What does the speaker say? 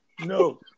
No